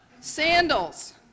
Sandals